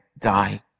die